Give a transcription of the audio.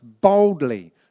boldly